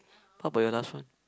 how about your last one